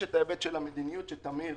תמיר